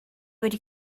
wedi